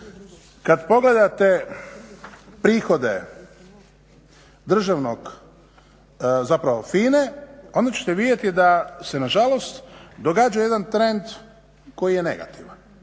kada pogledate prihode državnog, zapravo FINA-e, onda ćete vidjeti da se nažalost događa jedan trend koji je negativan